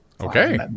Okay